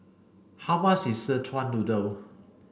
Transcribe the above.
how much is Szechuan noodle